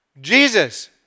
Jesus